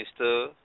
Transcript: Mr